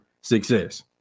success